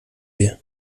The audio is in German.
wir